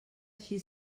així